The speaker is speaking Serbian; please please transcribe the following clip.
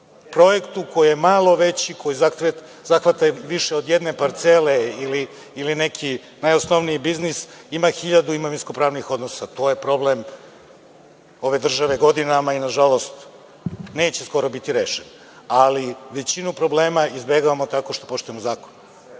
projektu koji je malo veći, koji zahvata više od jedne parcele ili neki najosnovniji biznis, ima hiljadu imovinsko-pravnih odnosa. To je problem ove države godinama i, nažalost, neće skoro biti rešen. Ali, većinu problema izbegavamo tako što poštujemo zakon.